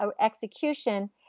execution